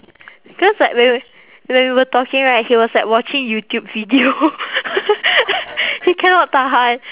cause like when when we were talking right he was like watching youtube video he cannot tahan